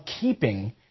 keeping